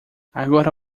agora